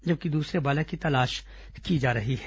जबकि दूसरे बालक की तलाश की जा रही है